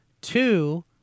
Two